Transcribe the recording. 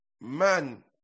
man